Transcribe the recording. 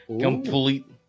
complete